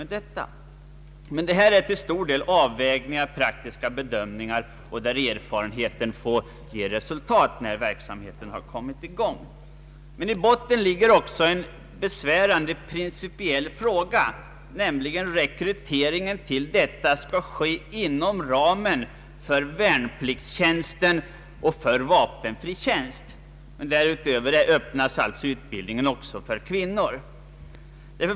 Detta är till stor del avvägningar och praktiska bedömningar där erfarenheten får ge resultat när verksamheten har kommit i gång. Men i botten ligger också en besvärande principiell fråga, nämligen om rekryteringen till denna beredskapsstyrka skall ske inom ramen för värnpliktstjänsten och för vapenfri tjänst. Därutöver öppnas utbildningen alltså även för kvinnor.